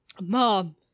Mom